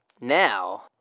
Now